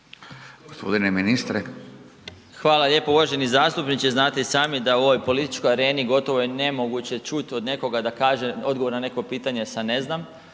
**Marić, Zdravko** Hvala lijepo, uvaženi zastupniče. Znate i sami da u ovoj političkoj areni gotovo je nemoguće čut od nekoga da kaže odgovor na neko pitanje sa „ne znam“,